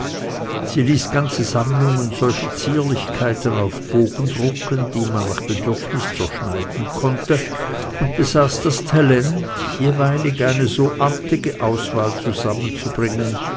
sie ließ ganze sammlungen solcher zierlichkeiten auf bogen drucken die man nach bedürfnis zerschneiden konnte und besaß das talent jeweilig eine so artige auswahl zusammenzubringen